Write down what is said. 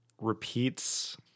repeats